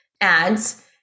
ads